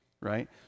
right